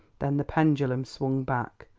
then the pendulum swung back,